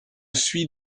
suis